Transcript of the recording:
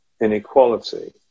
inequality